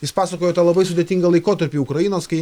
jis pasakojo tą labai sudėtingą laikotarpį ukrainos kai